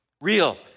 real